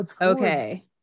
okay